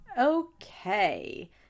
okay